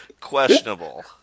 questionable